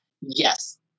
yes